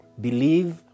believe